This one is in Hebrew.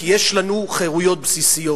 כי יש לנו חירויות בסיסיות,